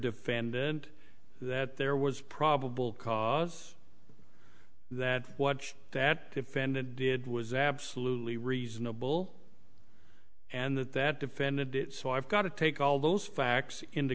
defendant that there was probable cause that watch that defendant did was absolutely reasonable and that that defended it so i've got to take all those facts into